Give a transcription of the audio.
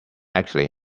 actually